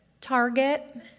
Target